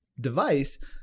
device